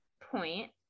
point